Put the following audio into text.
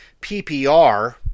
ppr